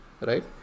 right